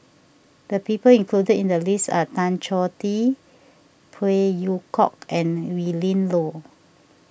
the people included in the list are Tan Choh Tee Phey Yew Kok and Willin Low